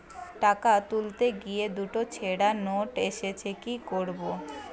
টাকা তুলতে গিয়ে দুটো ছেড়া নোট এসেছে কি করবো?